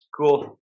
Cool